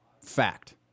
Fact